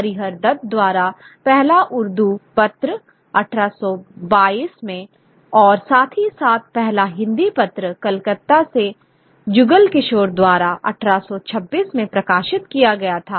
हरिहर दत्त द्वारा पहला उर्दू पत्र 1822 में और साथ ही साथ पहला हिंदी पत्र कलकत्ता से जुगल किशोर द्वारा 1826 में प्रकाशित किया गया था